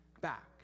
back